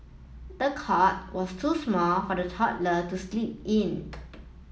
the cot was too small for the toddler to sleep in